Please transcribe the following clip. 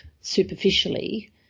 superficially